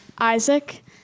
Isaac